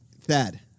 Thad